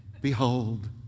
Behold